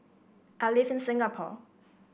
I live in Singapore